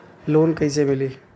Loan कइसे मिलि?